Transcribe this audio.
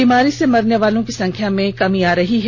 बीमारी से मरने वालों की संख्या में भी कमी आ रही है